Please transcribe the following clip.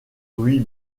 louis